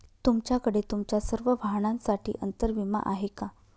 तुमच्याकडे तुमच्या सर्व वाहनांसाठी अंतर विमा आहे का